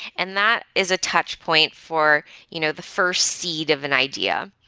and that is a touch point for you know the first seed of an idea.